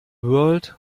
world